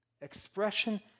expression